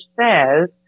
says